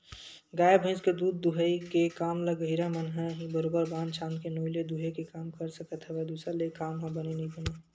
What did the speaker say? गाय भइस के दूद दूहई के काम ल गहिरा मन ह ही बरोबर बांध छांद के नोई ले दूहे के काम कर सकत हवय दूसर ले ऐ काम ह बने नइ बनय